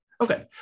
Okay